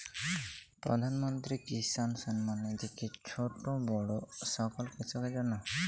প্রধানমন্ত্রী কিষান সম্মান নিধি কি ছোটো বড়ো সকল কৃষকের জন্য?